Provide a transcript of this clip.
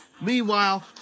Meanwhile